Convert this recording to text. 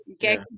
get